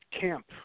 camp